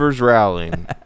rallying